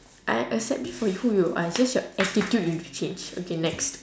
I accept you for who you are just your attitude you've to change okay next